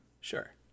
sure